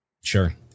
Sure